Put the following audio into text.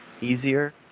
easier